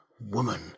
Woman